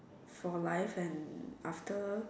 for life and after